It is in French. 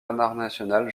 international